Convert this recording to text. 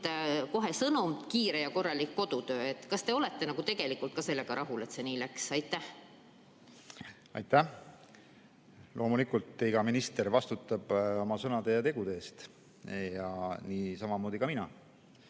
kohe sõnum, et kiire ja korralik kodutöö? Kas te olete tegelikult ka sellega rahul, et see nii läks? Aitäh! Loomulikult, iga minister vastutab oma sõnade ja tegude eest. Samamoodi ka mina.